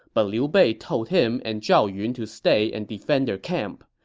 but liu bei told him and zhao yun to stay and defend their camp.